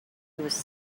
was